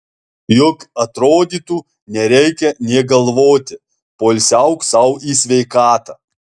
juk atrodytų nereikia nė galvoti poilsiauk sau į sveikatą